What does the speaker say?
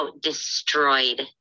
destroyed